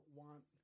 want